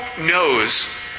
knows